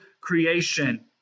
creation